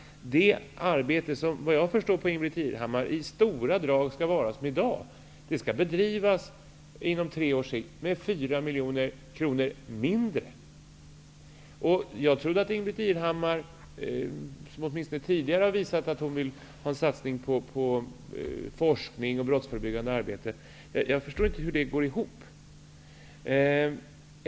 Det arbete som, vad jag förstår av vad Ingbritt Irhammar sagt, i stora drag skall vara som i dag, skall bedrivas på tre år med 4 miljoner kronor mindre. Jag trodde att Ingbritt Irhammar ville ha en satsning på forskning och brottsförebyggande arbete, det har hon åtminstone visat tidigare. Jag förstår inte hur detta går ihop.